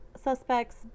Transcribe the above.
suspects